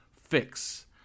fix